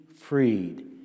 freed